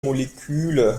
moleküle